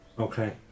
Okay